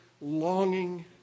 longing